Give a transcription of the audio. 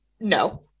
No